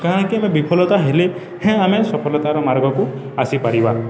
କାଣକି ଆମ ବିଫଲତା ହେଲେ ହେଁ ଆମେ ସଫଲତାର ମାର୍ଗକୁ ଆସିପାରିବା